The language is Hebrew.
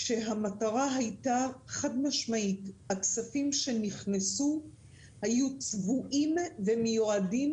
המטרה היתה חד משמעית: הכספים שנכנסו היו צבועים ומיועדים